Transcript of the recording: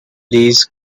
these